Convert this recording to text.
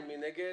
מי נגד?